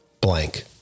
blank